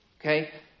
Okay